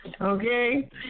Okay